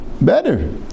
better